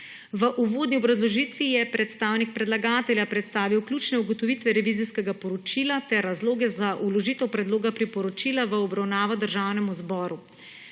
V uvodni obrazložitvi je predstavnik predlagatelja predstavil ključne ugotovitve revizijskega poročila ter razloge za vložitev predloga priporočila v obravnavo Državnemu zboru.